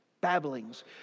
babblings